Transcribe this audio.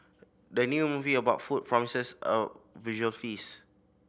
the new movie about food promises a visual feast